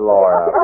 Laura